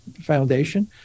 foundation